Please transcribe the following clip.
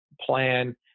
plan